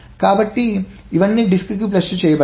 కాబట్టి ఇవన్నీ డిస్క్కి ఫ్లష్ చేయబడతాయి